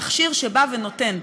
מכשיר שבא ונותן,